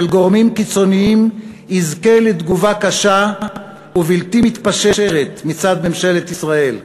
של גורמים קיצוניים יזכה לתגובה קשה ובלתי מתפשרת מצד ממשלת ישראל.